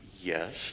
Yes